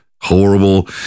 horrible